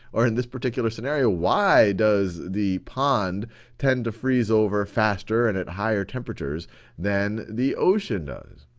or in this particular scenario, why does the pond tend to freeze over faster and at higher temperatures than the ocean does?